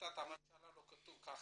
בהחלטת הממשלה לא כתוב כך.